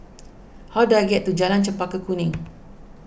how do I get to Jalan Chempaka Kuning